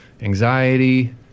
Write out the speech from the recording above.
anxiety